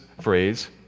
phrase